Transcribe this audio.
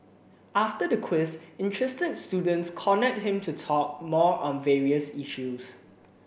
after the quiz interested students cornered him to talk more on various issues